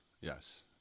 Yes